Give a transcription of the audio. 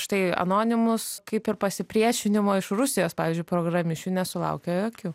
štai anonimus kaip ir pasipriešinimo iš rusijos pavyzdžiui programišių nesulaukė jokių